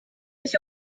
ich